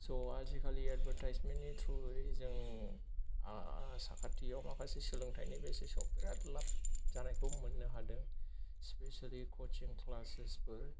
स' आजिखालि एदबोरटाइजमेन्थनि थ्रुयै जों आ साखाथियाव माखासे सोलोंथायनि बेसिसाव बिराद लाब जानायखौ मोननो हादों स्पेसोलि कचिं क्लासेसफोर